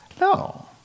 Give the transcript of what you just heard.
no